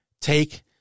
Take